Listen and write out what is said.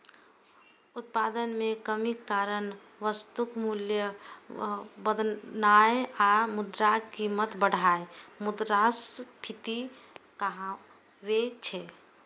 उत्पादन मे कमीक कारण वस्तुक मूल्य बढ़नाय आ मुद्राक कीमत घटनाय मुद्रास्फीति कहाबै छै